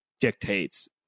dictates